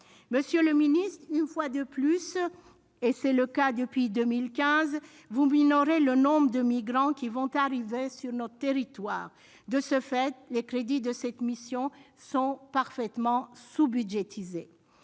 Monsieur le ministre, une fois de plus- c'est le cas depuis 2015 -, vous minorez le nombre de migrants qui vont arriver sur notre territoire. De ce fait, les crédits de cette mission sont parfaitement sous-budgétisés.